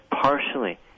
partially